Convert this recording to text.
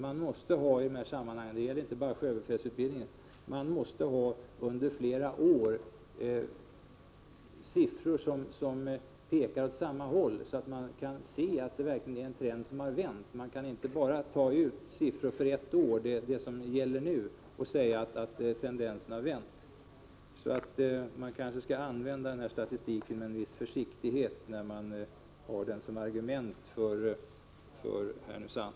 Man måste i sådana här sammanhang — och det gäller inte bara sjöbefälsutbildningen — ha siffror som under flera år pekar i samma riktning och inte bara ta ut siffror för ett år och påstå att tendensen har vänt. Man skall nog använda statistiken med en viss försiktighet som argument för en placering i Härnösand.